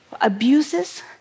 abuses